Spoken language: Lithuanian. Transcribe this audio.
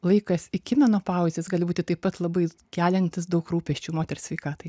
laikas iki menopauzės gali būti taip pat labai keliantis daug rūpesčių moters sveikatai